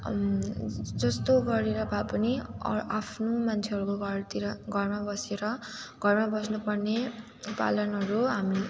जस्तो गरेर भए पनि अ आफ्नो मान्छेहरूको घरतिर घरमा बसेर घरमा बस्नुपर्ने पालनहरू हामी